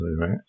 right